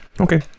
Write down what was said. okay